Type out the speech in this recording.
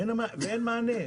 ואין מענה.